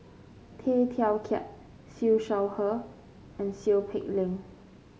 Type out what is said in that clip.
Tay Teow Kiat Siew Shaw Her and Seow Peck Leng